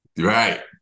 Right